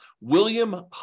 William